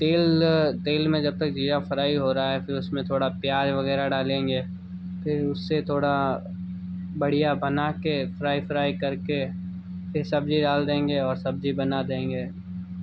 तेल तेल में जब तक ज़ीरा फ़्राई हो रा है फिर उसमें थोड़ा प्याज़ वगैरह डालेंगे फिर उससे थोड़ा बढ़िया बनाके फ़्राई फ़्राई करके फिर सब्ज़ी डाल देंगे और सब्ज़ी बना देंगे